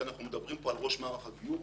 כי אנחנו מדברים פה על ראש מערך הגיור,